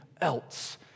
else